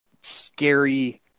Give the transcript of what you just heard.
scary